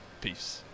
Peace